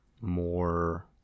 more